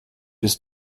ist